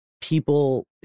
people